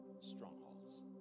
strongholds